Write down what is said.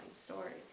stories